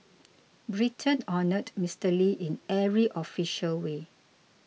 Britain honoured Mr Lee in every official way